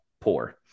poor